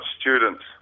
students